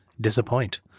disappoint